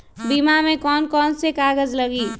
बीमा में कौन कौन से कागज लगी?